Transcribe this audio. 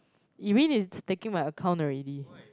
Irene is taking my account already